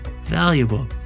valuable